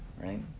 right